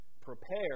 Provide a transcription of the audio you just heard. prepare